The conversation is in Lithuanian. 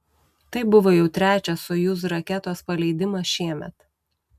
tai buvo jau trečias sojuz raketos paleidimas šiemet